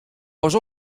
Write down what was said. pas